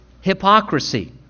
hypocrisy